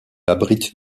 abrite